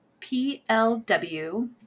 PLW